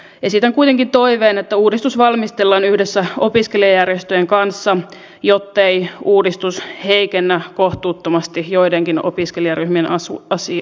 esitän kuitenkin toiveen että uudistus valmistellaan yhdessä opiskelijajärjestöjen kanssa jottei uudistus heikennä kohtuuttomasti joidenkin opiskelijaryhmien asemaa